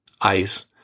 ICE